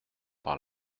par